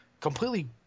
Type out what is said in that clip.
completely